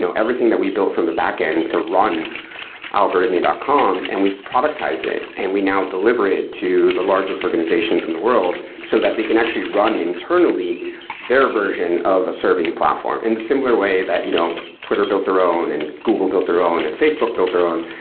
everything that we built from the backend to run algorithmia dot com and we've productized it and we now deliver it to the largest organizations in the world, so that they can actually run internally their version of a serving platform, in the similar way that you know twitter built their own and google built their own and facebook built their own.